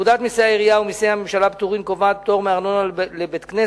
פקודת מסי העירייה ומסי הממשלה (פטורין) קובעת פטור מארנונה לבית-כנסת,